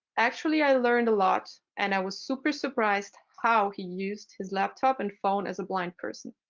actually, i learned a lot, and i was super surprised how he used his laptop and phone as a blind person.